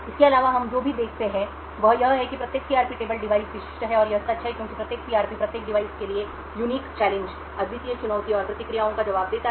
इसके अलावा हम जो भी देखते हैं वह यह है कि प्रत्येक CRP टेबल डिवाइस विशिष्ट है और यह सच है क्योंकि प्रत्येक CRP प्रत्येक डिवाइस के लिए अद्वितीय चुनौती और प्रतिक्रियाओं का जवाब देता है